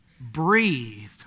breathed